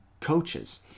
coaches